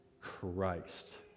Christ